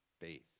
faith